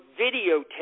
videotape